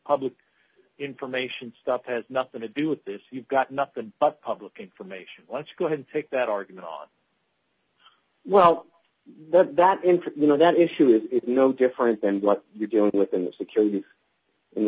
public information stuff has nothing to do with this you've got nothing but public information let's go ahead and take that argument on well that in fact you know that issue is no different than what you're dealing with in the security d in the